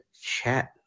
chat